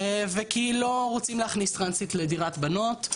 וכי לא רוצים להכניס טרנסית לדירת בנות.